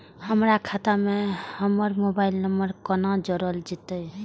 हमर खाता मे हमर मोबाइल नम्बर कोना जोरल जेतै?